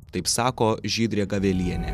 taip sako žydrė gavelienė